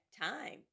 time